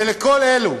ולכל אלו